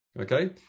Okay